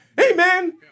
Amen